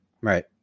Right